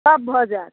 सब भऽ जाएत